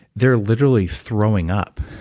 they're literally throwing up.